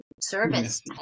service